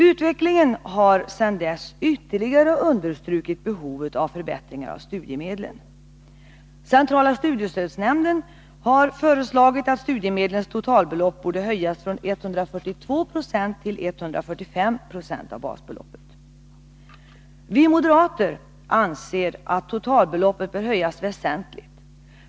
Utvecklingen har sedan dess ytterligare understrukit behovet av förbätt ringar av studiemedlen. Centrala studiestödsnämnden har föreslagit att studiemedlens totalbelopp bör höjas från 142 96 till 145 26 av basbeloppet. Vi moderater anser att totalbeloppet bör höjas väsentligt.